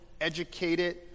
educated